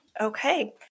Okay